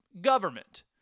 government